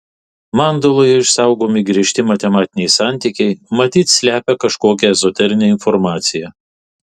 mandaloje išsaugomi griežti matematiniai santykiai matyt slepia kažkokią ezoterinę informaciją